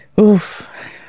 Oof